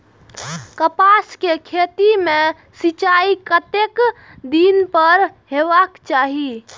कपास के खेती में सिंचाई कतेक दिन पर हेबाक चाही?